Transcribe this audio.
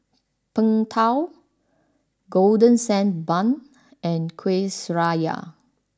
Png Tao golden sand Bun and Kuih Syara